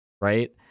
right